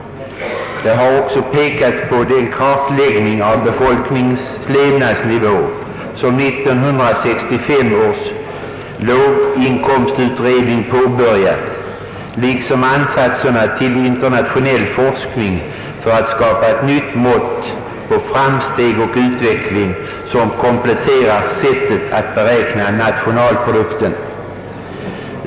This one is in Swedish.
Det har också framhållits den kartläggning av befolkningens levnadsnivå som 1965 års låginkomstutredning påbörjat, liksom ansatserna till internationell forskning för att skapa ett nytt mått på framsteg och utveckling som kompletterar sättet att beräkna nationalprodukten.